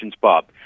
Bob